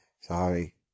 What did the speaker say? Sorry